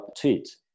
tweet